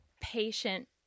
patient